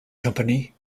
company